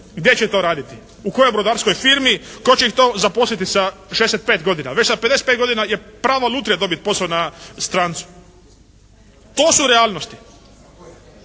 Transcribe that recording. Gdje će to raditi? U kojoj brodarskoj firmi? Tko će ih to zaposliti sa 65 godina? Već sa 55 godina je prava lutrija dobiti posao na strancu. To su realnosti.